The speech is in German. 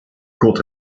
kurt